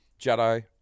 Jedi